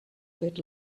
bit